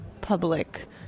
public